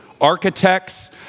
Architects